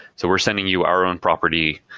so we're sending you our own property,